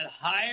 higher